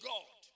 God